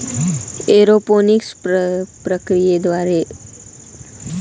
aeroponics प्रक्रियेद्वारे उगवणाऱ्या पिकांमध्ये पाणी आणि पोषकांची बचत होते